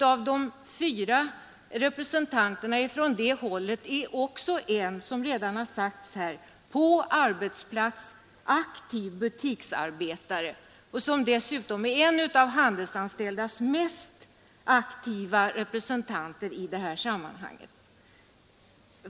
Av de fyra representanterna från det hållet är också en — som redan har sagts här — i handeln aktiv butiksarbetare och dessutom en av de handelsanställdas aktiva representanter i det här sammanhanget.